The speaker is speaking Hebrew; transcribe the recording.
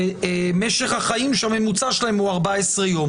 שמשך החיים והממוצע שלהן הוא 14 יום.